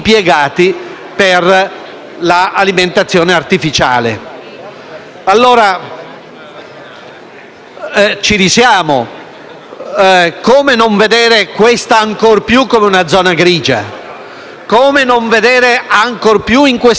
Ci risiamo. Come non vedere questa ancor più come una zona grigia? Come non vedere ancor più in questo caso la necessità dell'alleanza terapeutica?